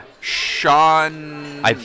Sean